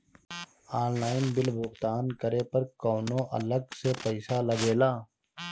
Online bill भुगतान करे पर कौनो अलग से पईसा लगेला?